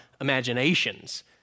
imaginations